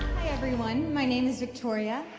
hi everyone, my name's victoria.